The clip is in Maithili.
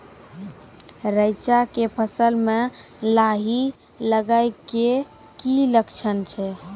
रैचा के फसल मे लाही लगे के की लक्छण छै?